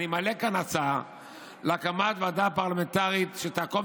אני מעלה כאן הצעה להקמת ועדה פרלמנטרית שתעקוב